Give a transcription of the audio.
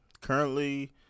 Currently